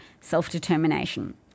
self-determination